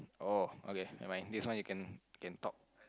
oh okay never mind this one you can can talk